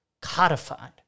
codified